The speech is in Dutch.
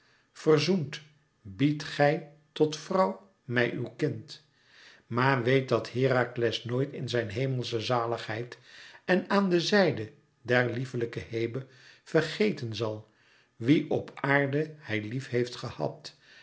verzoend biedt gij tot vrouw mij uw kind maar weet dat herakles nooit in zijne hemelsche zaligheid en aan de zijde der lieflijke hebe vergeten zal wie op aarde hij lief heeft gehad